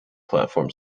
platform